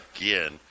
again